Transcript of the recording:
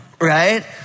Right